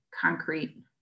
concrete